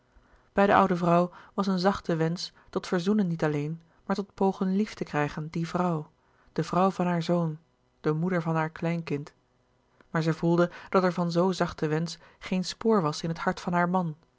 bij de oude vrouw was een zachte wensch tot verzoenen niet alleen maar tot pogen lief te krijgen die vrouw de vrouw van haar zoon de moeder van haar kleinkind maar zij voelde dat er van zoo zachten wensch geen spoor was in het hart van haar man